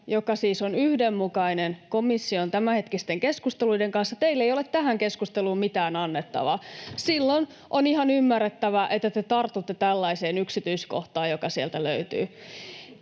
joka siis on yhdenmukainen komission tämänhetkisten keskusteluiden kanssa, teillä ei ole tähän keskusteluun mitään annettavaa. Silloin on ihan ymmärrettävää, että te tartutte tällaiseen yksityiskohtaan, joka sieltä löytyy.